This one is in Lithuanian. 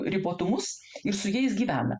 ribotumus ir su jais gyvena